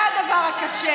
הן הדבר הקשה,